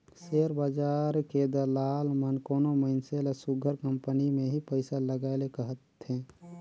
share बजार के दलाल मन कोनो मइनसे ल सुग्घर कंपनी में ही पइसा लगाए ले कहथें